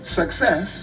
success